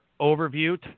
overview